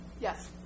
Yes